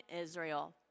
Israel